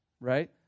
right